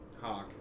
hawk